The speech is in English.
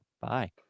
Bye